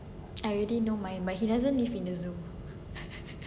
I already know mine but it doesn't live in the zoo